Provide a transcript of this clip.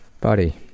buddy